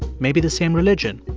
maybe the same religion,